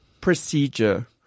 procedure